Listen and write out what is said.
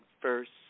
first